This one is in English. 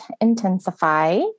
intensify